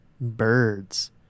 birds